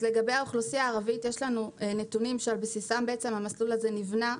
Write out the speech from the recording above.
לגבי האוכלוסייה הערבית יש לנו נתונים שעל בסיסם המסלול הזה נבנה,